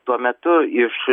tuo metu iš